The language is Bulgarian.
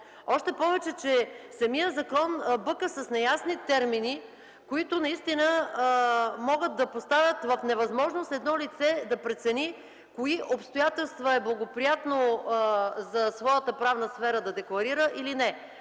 работата? Самият закон бъка с неясни термини, които могат да поставят в невъзможност дадено лице да прецени кои обстоятелства е благоприятно за своята правна сфера да декларира или не.